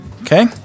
Okay